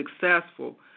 successful